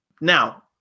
Now